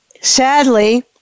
sadly